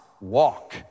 walk